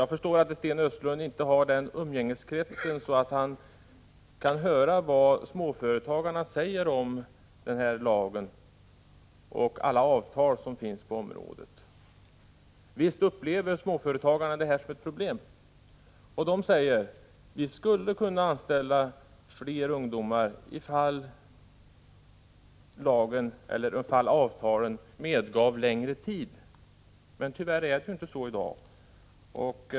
Jag förstår att Sten Östlunds umgängeskrets inte är sådan att han får veta vad småföretagarna anser om lagen och om alla de avtal som finns på området. Visst upplever företagarna dessa förhållanden som ett problem, och de säger: Vi skulle kunna anställa fler ungdomar ifall avtalen medgav längre tids anställning. Men tyvärr är det inte så i dag.